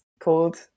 called